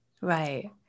Right